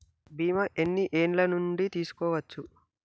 బీమా ఎన్ని ఏండ్ల నుండి తీసుకోవచ్చు?